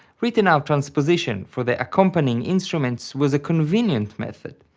written out transposition for the accompanying instruments was a convenient method,